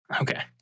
okay